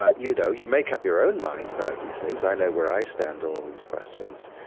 ah you know, you make up your own mind about these things. i know where i stand on all these questions.